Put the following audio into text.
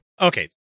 Okay